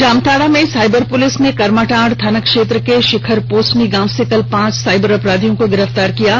Jamtara cyber police ने करमाटांड थाना के शिखरपोसनी गांव से कल पांच साइबर अपराधियों को गिरफ्तार किया है